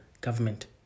government